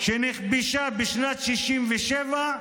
שנכבשה בשנת 67',